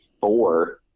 four